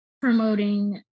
promoting